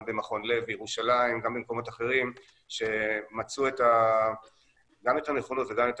גם במכון לב בירושלים וגם במקומות אחרים שמצאו גם את הנכונות וגם את